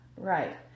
right